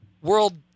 World